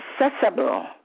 accessible